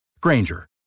Granger